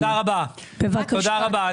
תודה רבה.